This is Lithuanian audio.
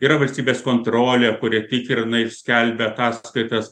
yra valstybės kontrolė kuria tikrinai skelbia ataskaitas